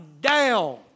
down